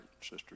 Sister